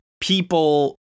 people